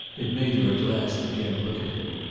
it made her at last again look at him.